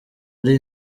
ari